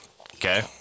okay